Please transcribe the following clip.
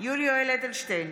יולי יואל אדלשטיין,